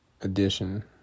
edition